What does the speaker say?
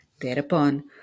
Thereupon